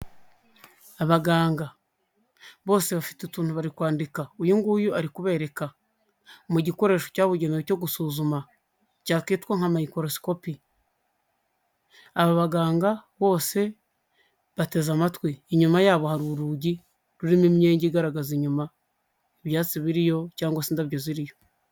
Abaganga, bose bafite utuntu bari kwandika, uyu nguyu ari kubereka, mu gikoresho cyabugenewe cyo gusuzuma, cyakwitwa nka mayikorosikopi, aba baganga bose bateze amatwi, inyuma yabo hari urugi rurimo imyenge igaragaza inyuma ibyatsi biriyo cyangwa se indabyo ziriyo.